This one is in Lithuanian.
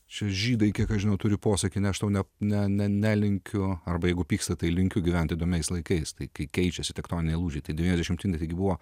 čia žydai kiek aš žinau turi posakį aš tau ne ne nelinkiu arba jeigu pyksta tai linkiu gyventi įdomiais laikais tai kai keičiasi tektoniniai lūžiai tą dvidešimti netgi buvo